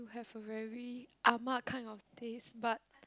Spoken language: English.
you have a very ah-ma kind of taste but